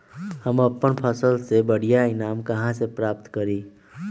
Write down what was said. हम अपन फसल से बढ़िया ईनाम कहाँ से प्राप्त करी?